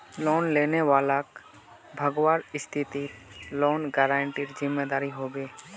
loan लेने वालाक भगवार स्थितित लोन गारंटरेर जिम्मेदार ह बे